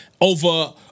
Over